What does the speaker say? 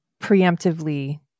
preemptively